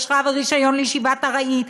אשרה ורישיון לישיבת ארעי,